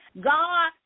God